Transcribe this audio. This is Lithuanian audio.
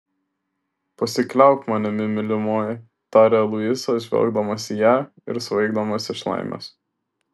pasikliauk manimi mylimoji tarė luisas žvelgdamas į ją ir svaigdamas iš laimės